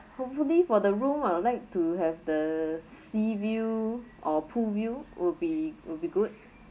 hopefully for the room I would like to have the sea view or pool view would be would be good